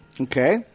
Okay